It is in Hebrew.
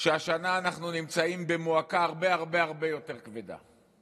שהשנה אנחנו נמצאים במועקה הרבה הרבה הרבה יותר כבדה.